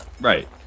right